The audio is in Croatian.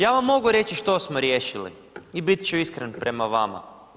Ja vam mogu reći što smo riješili i bit ću iskren prema vama.